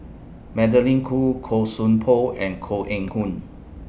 Magdalene Khoo Koon Song Poh and Koh Eng Hoon